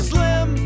Slim